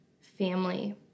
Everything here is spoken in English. family